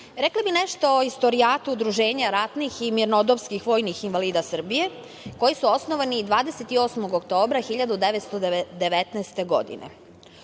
rekla bih nešto o istorijatu Udruženja ratnih i mirnodopskih vojnih invalida Srbije koji su osnovani 28. oktobra 1919. godine.